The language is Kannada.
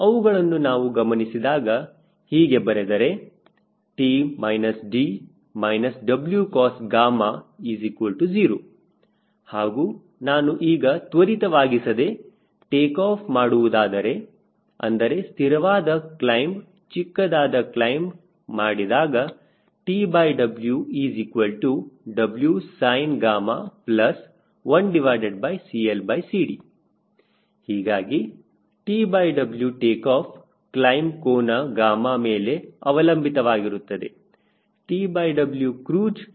ಅವುಗಳನ್ನು ನಾವು ಗಮನಿಸಿದಾಗ ಹೀಗೆ ಬರೆದರೆ T D Wcos0 ಹಾಗೂ ನಾನು ಈಗ ತ್ವರಿತವಾಗಿಸದೆ ಟೇಕಾಫ್ ಮಾಡುವುದಾದರೆ ಅಂದರೆ ಸ್ಥಿರವಾದ ಕ್ಲೈಮ್ ಚಿಕ್ಕದಾದ ಕ್ಲೈಮ್ ಮಾಡಿದಾಗ TWWsin1CLCD ಹೀಗಾಗಿ TW ಟೇಕಾಫ್ ಕ್ಲೈಮ್ ಕೋನ γ ಮೇಲೆ ಅವಲಂಬಿತವಾಗಿರುತ್ತದೆ